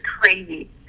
crazy